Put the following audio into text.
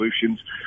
Solutions